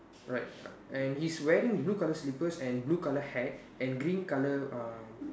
right and he's wearing blue colour slippers and blue colour hat and green colour um